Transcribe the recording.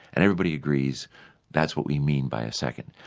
and everybody agrees that's what we mean by a second.